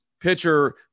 pitcher –